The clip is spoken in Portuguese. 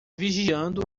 vigiando